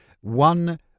one